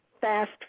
fast